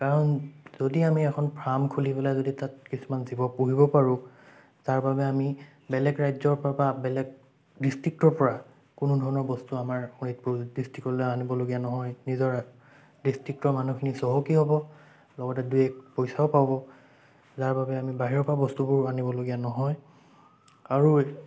কাৰণ যদি আমি এখন ফাৰ্ম খুলি পেলায় যদি তাত কিছুমান জীৱ পোহিব পাৰোঁ তাৰ বাবে আমি বেলেগ ৰাজ্যৰ পৰা বা বেলেগ ডিষ্ট্ৰিক্টৰ পৰা কোনো ধৰণৰ বস্তু আমাৰ শোণিতপুৰ ডিষ্ট্ৰিক্টলৈ আনিবলগীয়া নহয় নিজৰ ডিষ্ট্ৰিক্টৰ মানুহখিনি চহকী হ'ব লগতে দুই এক পইচাও পাব যাৰ বাবে আমি বাহিৰৰ পৰা বস্তুবোৰ আনিবলগীয়া নহয় আৰু